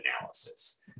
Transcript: analysis